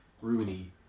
Rooney